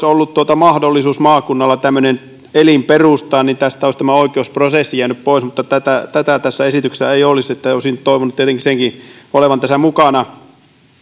ollut mahdollisuus maakunnalla tämmöinen elin perustaa niin tästä olisi tämä oikeusprosessi jäänyt pois mutta tätä tätä tässä esityksessä ei ole olisin toivonut tietenkin senkin olevan tässä mukana